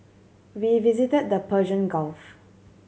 we visited the Persian Gulf